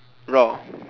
roar